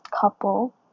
couple